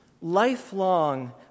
lifelong